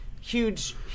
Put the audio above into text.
huge